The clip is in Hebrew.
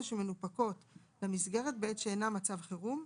שמנופקות למסגרת בעת שאינה מצב חירום,